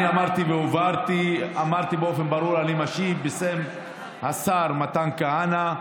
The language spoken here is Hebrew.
אני אמרתי באופן ברור שאני משיב בשם השר מתן כהנא.